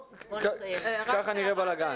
כך נראה בלגן.